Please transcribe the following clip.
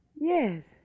Yes